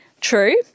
true